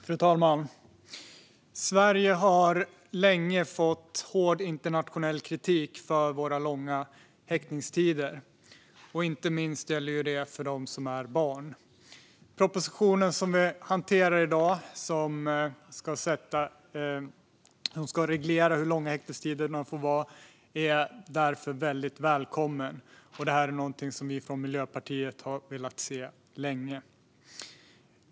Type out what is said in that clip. Fru talman! Sverige har länge fått hård internationell kritik för våra långa häktningstider. Detta gäller inte minst för dem som är barn. Propositionen som vi hanterar i detta betänkande och som ska reglera hur långa häktningstiderna får vara är därför väldigt välkommen. Det här är någonting som vi från Miljöpartiet länge har velat se.